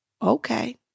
Okay